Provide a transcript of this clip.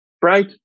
break